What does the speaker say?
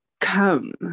come